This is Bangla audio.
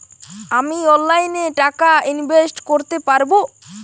আমি অনলাইনে টাকা ইনভেস্ট করতে পারবো?